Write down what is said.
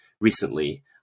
recently